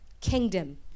kingdom